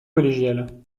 collégial